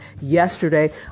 yesterday